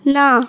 না